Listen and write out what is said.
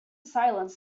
silence